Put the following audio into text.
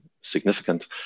significant